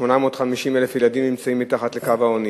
ש-850,000 ילדים נמצאים מתחת לקו העוני